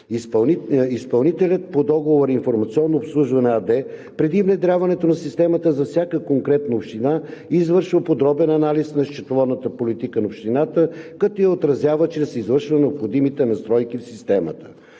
Изпълнителят по договора „Информационно обслужване“ АД преди внедряването на системата за всяка конкретна община извършва подробен анализ на счетоводната политика на общината, като я отразява чрез извършване на необходимите настройки в системата.